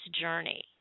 journey